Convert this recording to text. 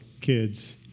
kids